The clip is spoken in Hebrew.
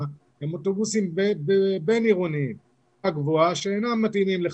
הם אוטובוסים בין עירוניים שאינם מתאימים לחשמל.